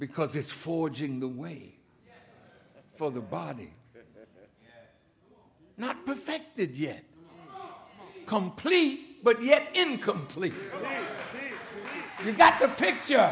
because it's forging the way for the body not perfected yet complete but yet incomplete we've got the picture